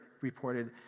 reported